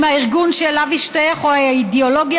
עם הארגון שאליו השתייך או עם האידיאולוגיה